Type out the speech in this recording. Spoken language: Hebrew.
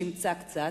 לשמצה קצת.